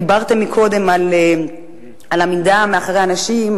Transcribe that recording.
דיברת קודם על עמידה מאחורי אנשים,